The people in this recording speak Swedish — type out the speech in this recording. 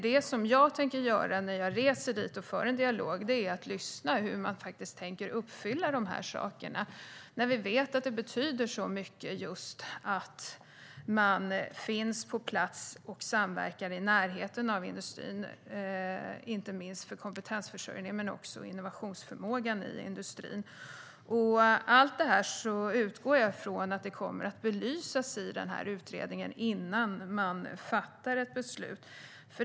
Det jag tänker göra när jag reser till Dalarna och för en dialog är att höra hur man tänker uppfylla de här målen, när vi vet att det betyder mycket att man finns på plats och samverkar i närheten av industrin, inte minst för kompetensförsörjningen men också för innovationsförmågan i industrin. Jag utgår från att allt det här kommer att belysas i utredningen innan man fattar ett beslut.